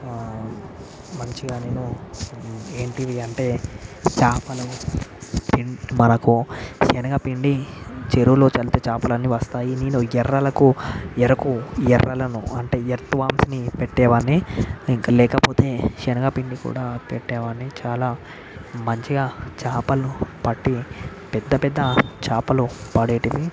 ఆ మంచిగా నేను ఏంటివి అంటే చేపలు మనకు శనగపిండి చెరువులో చల్లితే చేపలన్నీ వస్తాయి నేను ఎర్రలకు ఎరకు ఎర్రలను అంటే ఎర్త్ వామ్స్ని పెట్టేవాడిని ఇంకా లేకపోతే శనగపిండి కూడా పెట్టేవాడిని చాలా మంచిగా చేపలను పట్టి పెద్ద పెద్ద చేపలు పడేటివి